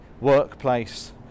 workplace